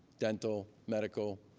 dental, medical,